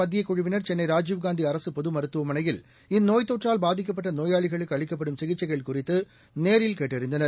மத்தியக் குழுவினர் சென்னைராஜீவ்காந்திஅரசுபொதுமருத்துவமனையில் இந்நோய்த் தொற்றால் பாதிக்கப்பட்ட நோயாளிகளுக்கு அளிக்கப்படும் சிகிச்சைகள் குறித்துநேரில் கேட்டறிந்தனர்